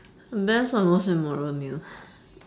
best and most memorable meal